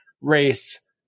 race